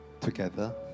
together